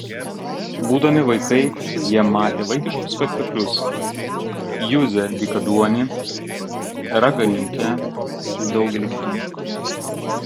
būdami vaikai jie matė vaikiškus spektaklius juzę dykaduonį raganiukę daugelį kitų